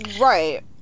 right